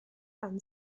and